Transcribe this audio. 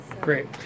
Great